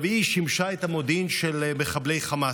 היא שימשה את המודיעין של מחבלי חמאס,